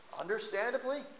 understandably